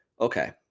Okay